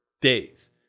days